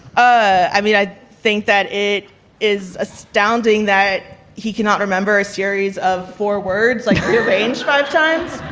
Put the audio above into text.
i mean, i think that it is astounding that he cannot remember a series of four words like rearrange five times.